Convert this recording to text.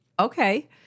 okay